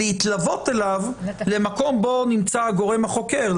להתלוות אליו למקום בו נמצא הגורם החוקר,